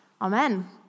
Amen